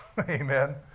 Amen